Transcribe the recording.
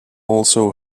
also